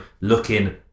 looking